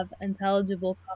intelligible